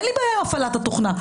אין לי בעיה עם הפעלת התוכנה.